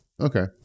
okay